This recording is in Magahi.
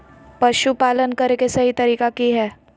पशुपालन करें के सही तरीका की हय?